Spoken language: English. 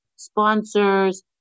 sponsors